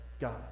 God